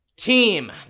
team